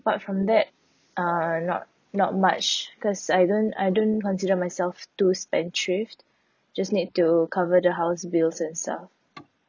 apart from that uh not not much cause I don't I don't consider myself too spendthrift just need to cover the house bills and stuff